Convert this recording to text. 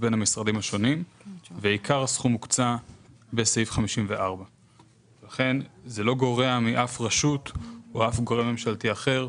בין המשרדים השונים ועיקר הסכום הוקצה בסעיף 54. לכן זה לא גורע מאף רשות או מאף גורם ממשלתי אחר.